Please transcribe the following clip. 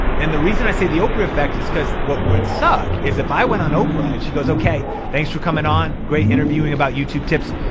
and the reason i say the oprah effect is cause what would suck, is if i went on oprah and she goes, okay, thanks for coming on. great interviewing about youtube tips.